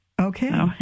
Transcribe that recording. Okay